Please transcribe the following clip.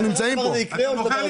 הוא לא קורה מסביב.